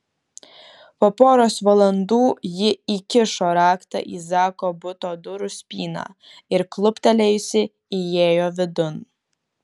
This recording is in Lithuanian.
po poros valandų ji įkišo raktą į zako buto durų spyną ir kluptelėjusi įėjo vidun